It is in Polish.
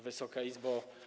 Wysoka Izbo!